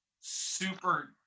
super